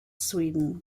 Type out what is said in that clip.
sweden